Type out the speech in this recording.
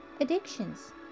addictions